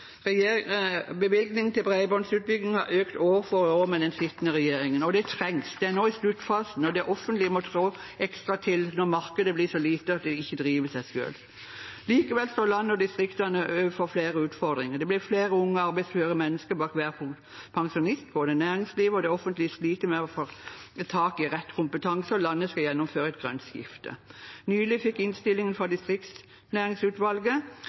til bredbåndsutbygging har økt år for år med den sittende regjeringen, og det trengs. Det er nå i sluttfasen, og det offentlige må trå ekstra til når markedet blir så lite at det ikke driver seg selv. Likevel står landet og distriktene overfor flere utfordringer. Det blir færre unge arbeidsføre mennesker bak hver pensjonist, både næringslivet og det offentlige sliter med å få tak i rett kompetanse, og landet skal gjennomføre et grønt skifte. Nylig fikk vi innstillingen fra